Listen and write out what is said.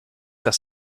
das